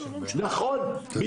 נכון,